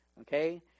Okay